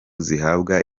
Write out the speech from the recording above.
zihabwa